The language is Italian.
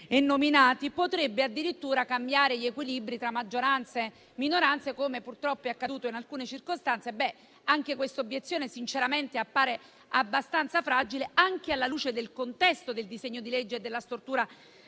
elettorale, potrebbe addirittura cambiare gli equilibri tra maggioranze e minoranze, come purtroppo è accaduto in alcune circostanze. Sinceramente, pure quest'obiezione appare abbastanza fragile, anche alla luce del contesto del disegno di legge e della stortura